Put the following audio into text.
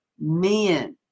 men